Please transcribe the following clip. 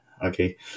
Okay